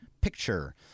Picture